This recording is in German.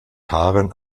karen